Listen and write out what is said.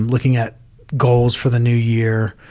looking at goals for the new year,